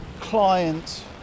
client